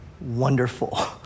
wonderful